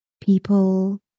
people